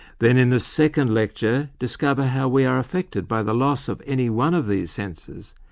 then in the second lecture, discover how we are affected by the loss of any one of these senses,